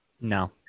No